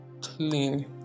clean